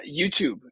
youtube